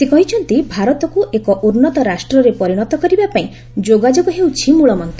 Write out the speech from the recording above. ସେ କହିଛନ୍ତି ଭାରତକୁ ଏକ ଉନ୍ନତ ରାଷ୍ଟରେ ପରିଣତ କରିବା ପାଇଁ ଯୋଗାଯୋଗ ହେଉଛି ମଳମନ୍ତ